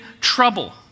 trouble